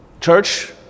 church